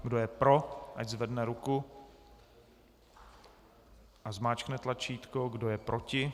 Kdo je pro, ať zvedne ruku a zmáčkne tlačítko, kdo je proti?